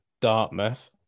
Dartmouth